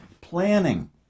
Planning